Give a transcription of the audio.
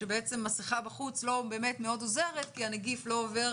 שבעצם מסכה בחוץ לא באמת מאוד עוזרת כי הנגיף לא עובר